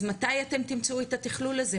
אז מתי אתם תמצאו את התכלול הזה,